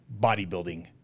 bodybuilding